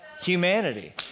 Humanity